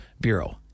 Bureau